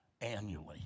annually